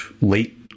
late